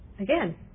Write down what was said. Again